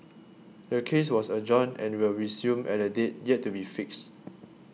the case was adjourned and will resume at a date yet to be fixed